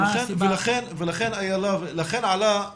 ולכן עלה,